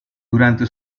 durante